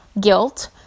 guilt